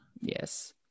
Yes